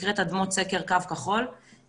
שנקרא אדמות סקר-קו כחול.